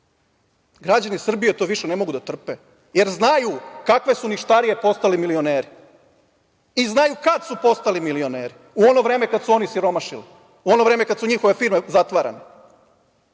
Građani Srbije to više ne mogu da trpe, jer znaju kakve su ništarije postali milioneri i znaju kad su postali milioneri – u ono vreme kad su oni siromašili, u ono vreme kad su njihove firme zatvarane.